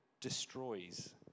destroys